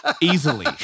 Easily